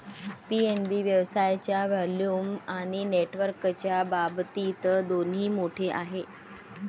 PNB व्यवसायाच्या volume आणि नेटवर्कच्या बाबतीत दोन्ही मोठे आहे